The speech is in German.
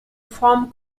form